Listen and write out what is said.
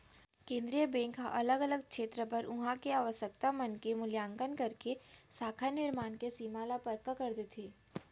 केंद्रीय बेंक ह अलग अलग छेत्र बर उहाँ के आवासकता मन के मुल्याकंन करके साख निरमान के सीमा ल पक्का कर देथे